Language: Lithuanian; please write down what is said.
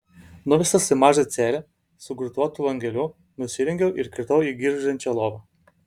nuvestas į mažą celę su grotuotu langeliu nusirengiau ir kritau į girgždančią lovą